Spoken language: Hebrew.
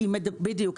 כן, בדיוק.